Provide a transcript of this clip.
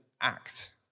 act